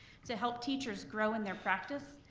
to help teachers grow in their practice,